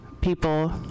people